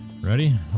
Ready